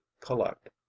Collect